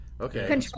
Okay